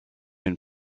une